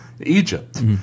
Egypt